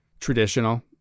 traditional